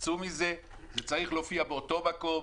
זה צריך להופיע באותו מקום,